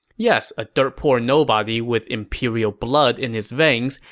yes, a dirt-poor nobody with imperial blood in his veins,